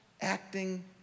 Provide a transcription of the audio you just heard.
acting